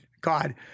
God